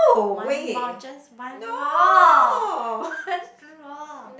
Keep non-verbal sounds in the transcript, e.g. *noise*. one more just one more *laughs* one more